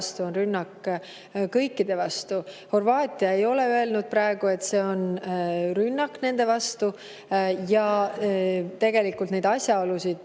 rünnak kõikide vastu. Horvaatia ei ole öelnud praegu, et see on rünnak nende vastu. Ja tegelikult neid asjaolusid,